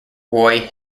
roy